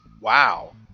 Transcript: Wow